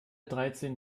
dreizehn